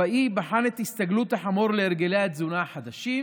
החוואי בחן את הסתגלות החמור להרגלי התזונה החדשים,